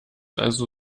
also